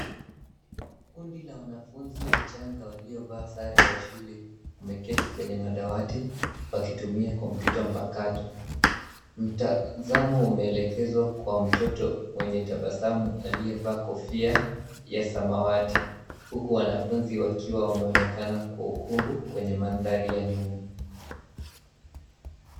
Kundi la wanafunzi wachanga waliovaa sare za shule imeketi kwenye madawati wakitumia kompyuta mpakato. Mtazamo umeelekezwa kwa mtoto mwenye tabasamu aliyevaa kofia ya samawati huku wanafunzi wakiwa wameonekana kwa ukungu kwenye mandhari ya nyuma.